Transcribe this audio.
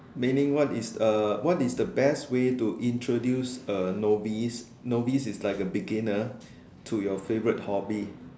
meaning what is uh what is the best way to introduce a novice novice is like a beginner to your favourite hobby